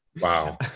Wow